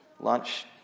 lunch